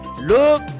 Look